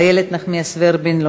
איילת נחמיאס ורבין,